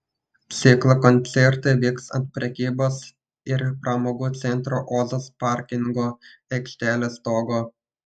ciklo koncertai vyks ant prekybos ir pramogų centro ozas parkingo aikštelės stogo